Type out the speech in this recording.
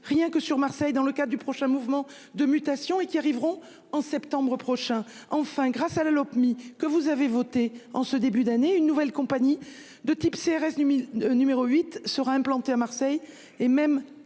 Rien que sur Marseille. Dans le cas du prochain mouvement de mutation et qui arriveront en septembre prochain. Enfin, grâce à la Lopmi que vous avez voté en ce début d'année une nouvelle compagnie de type CRS. Numéro 8 sera implanté à Marseille et même